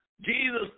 Jesus